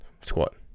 squat